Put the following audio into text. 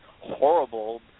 horrible